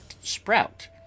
sprout